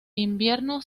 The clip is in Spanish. invierno